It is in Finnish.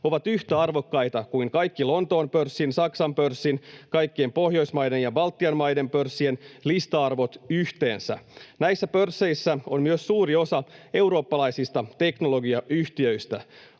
ovat yhtä arvokkaita kuin kaikki Lontoon pörssin, Saksan pörssin ja kaikkien Pohjoismaiden ja Baltian maiden pörssien lista-arvot yhteensä. Näissä pörsseissä on myös suuri osa eurooppalaisista teknologiayhtiöistä.